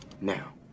Now